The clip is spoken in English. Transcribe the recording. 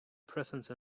presence